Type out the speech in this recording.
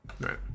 Right